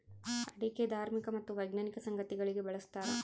ಅಡಿಕೆ ಧಾರ್ಮಿಕ ಮತ್ತು ವೈಜ್ಞಾನಿಕ ಸಂಗತಿಗಳಿಗೆ ಬಳಸ್ತಾರ